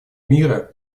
мира